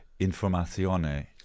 informazione